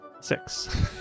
Six